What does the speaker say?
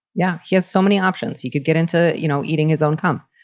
yeah. he has so many options you could get into, you know, eating his own cum.